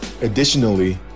Additionally